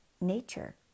nature